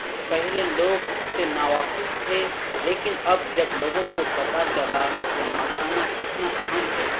پہلے لوگ اس سے ناواقف تھے لیکن اب جب لوگوں کو پتہ چلا کہ مکھانا کتنا اہم ہے